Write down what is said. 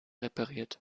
repariert